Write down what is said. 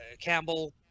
Campbell